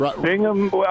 Bingham